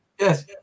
Yes